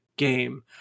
game